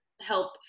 help